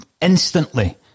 instantly